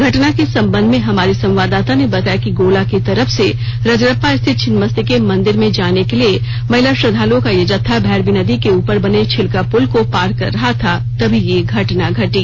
घटना के संबंध में हमारे संवाददात ने बताया कि गोला की तरफ से रजरप्पा स्थित छिन्नमस्तिके मंदिर में जाने के लिए महिला श्रद्धालुओं का यह जत्था भैरवी नदी के ऊपर बने छिलका पुल को पार कर रहा था तभी यह घटना घटी